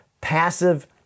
passive